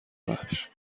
وحش